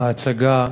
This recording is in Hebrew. ההצגה,